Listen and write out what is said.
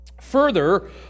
Further